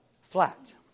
flat